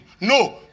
No